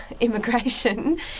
Immigration